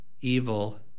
evil